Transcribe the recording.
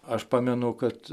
aš pamenu kad